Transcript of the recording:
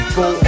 go